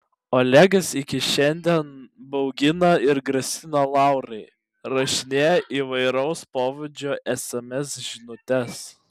olegas iki šiandien baugina ir grasina laurai rašinėja įvairaus pobūdžio sms žinutes